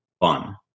fun